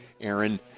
aaron